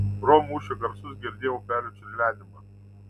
pro mūšio garsus girdėjau upelio čiurlenimą